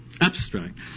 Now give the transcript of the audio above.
abstract